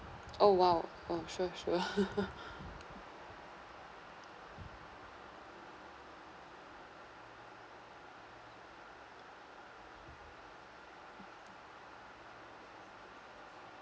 oh !wow! oh sure sure